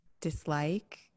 dislike